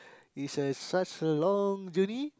is uh such a long journey